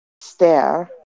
stare